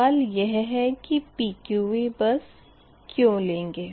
सवाल यह है के PQV बस क्यूँ लेंगे